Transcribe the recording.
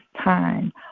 time